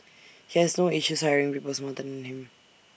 he has no issues hiring people smarter than him